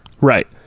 Right